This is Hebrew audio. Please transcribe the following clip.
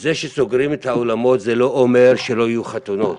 זה שסוגרים את האולמות זה לא אומר שלא יהיו חתונות.